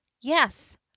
yes